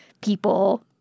people—